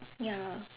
ya